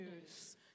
News